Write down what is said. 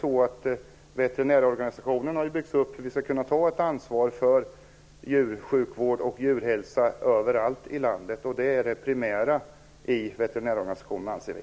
Veterinärorganisationen har ju byggts upp för att vi skall kunna ta ett ansvar för djursjukvård och djurhälsa överallt i landet. Det är det primära i veterinärorganisationen, anser vi.